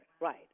right